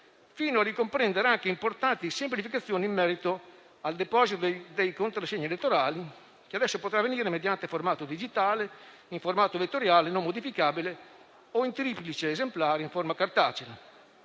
fino a ricomprendere anche importanti semplificazioni in merito al deposito dei contrassegni elettorali, che adesso potrà avvenire mediante formato digitale, in formato vettoriale non modificabile o in triplice esemplare in forma cartacea.